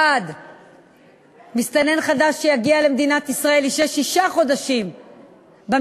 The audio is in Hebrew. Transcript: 1. מסתנן חדש שיגיע למדינת ישראל ישהה שישה חודשים במתקן,